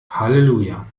halleluja